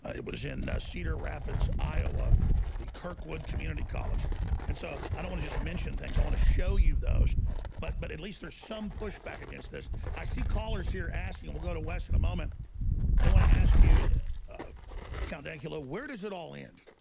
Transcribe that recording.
it was in cedar rapids iowa the kirkwood community college and so i don't just mention things. i want to show you those but but at least there's some pushback against this i see callers here asking will go to west in a moment they want to ask you it sound acula where does it all end?